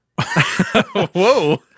Whoa